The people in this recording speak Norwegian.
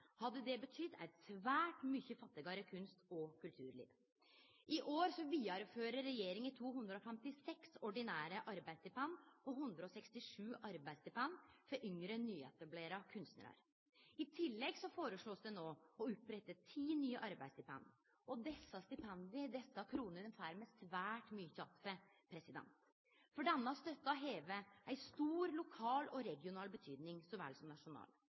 hadde fjerna denne støtta, hadde det betydd eit svært mykje fattigare kunst- og kulturliv. I år vidarefører regjeringa 256 ordinære arbeidsstipend og 167 arbeidsstipend for yngre/nyetablerte kunstnarar. I tillegg vert det no føreslått å opprette ti nye arbeidsstipend. Desse stipenda, desse kronene får me svært mykje att for. Denne støtta har ei stor lokal og regional betyding så vel som nasjonal.